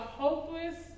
hopeless